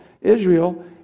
Israel